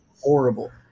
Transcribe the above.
horrible